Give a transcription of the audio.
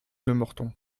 lemorton